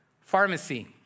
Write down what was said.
pharmacy